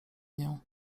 nią